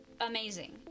amazing